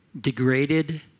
degraded